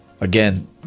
Again